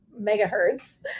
megahertz